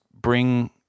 bring